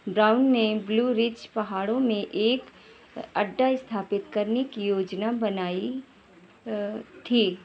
brown ने Blue Ridge पहाड़ों में एक अड्डा स्थापित करने की योजना बनाई थी